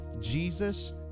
Jesus